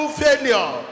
failure